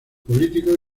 político